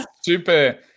super